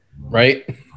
right